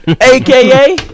AKA